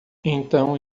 então